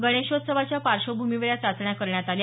गणेशोत्सवाच्या पार्श्वभूमीवर या चाचण्या करण्यात आल्या